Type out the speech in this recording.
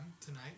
tonight